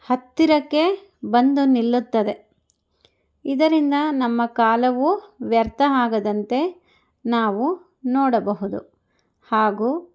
ಹತ್ತಿರಕ್ಕೆ ಬಂದು ನಿಲ್ಲುತ್ತದೆ ಇದರಿಂದ ನಮ್ಮ ಕಾಲವು ವ್ಯರ್ಥ ಆಗದಂತೆ ನಾವು ನೋಡಬಹುದು ಹಾಗು